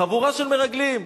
חבורה של מרגלים,